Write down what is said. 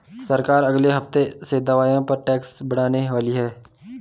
सरकार अगले हफ्ते से दवाइयों पर टैक्स बढ़ाने वाली है